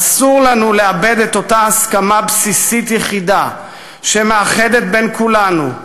אסור לנו לאבד את אותה הסכמה בסיסית יחידה שמאחדת את כולנו,